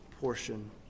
portion